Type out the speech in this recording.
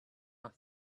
not